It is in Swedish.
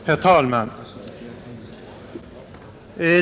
Herr talman!